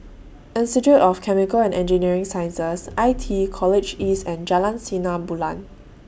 Institute of Chemical and Engineering Sciences I T E College East and Jalan Sinar Bulan